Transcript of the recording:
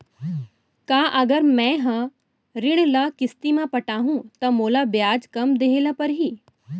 का अगर मैं हा ऋण ल किस्ती म पटाहूँ त मोला ब्याज कम देहे ल परही?